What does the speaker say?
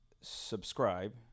subscribe